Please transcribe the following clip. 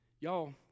Y'all